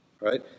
right